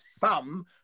thumb